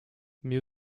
mais